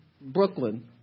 Brooklyn